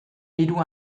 hiru